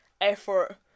effort